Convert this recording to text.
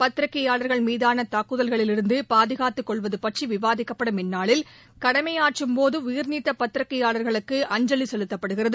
பத்திரிகையாளர்கள் மீதான தாக்குதல்களிலிருந்து பாதுகாத்துக் கொள்வது பற்றி விவாதிக்கப்படும் இந்நாளில் கடமை ஆற்றும்போது உயிர்நீத்த பத்திரிகையாளர்களுக்கு அஞ்சவி செலுத்தப்படுகிறது